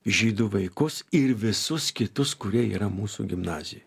žydų vaikus ir visus kitus kurie yra mūsų gimnazijoj